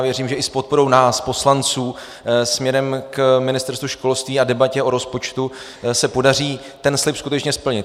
Věřím, že i s podporou nás poslanců směrem k Ministerstvu školství a debatě o rozpočtu se podaří slib skutečně splnit.